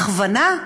הכוונה?